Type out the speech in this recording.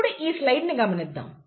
ఇప్పుడు ఈ స్లైడ్ ని గమనిద్దాం